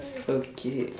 okay